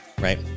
right